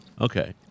Okay